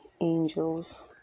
angels